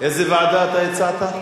איזו ועדה אתה הצעת?